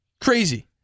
Crazy